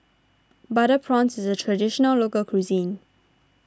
Butter Prawns is a Traditional Local Cuisine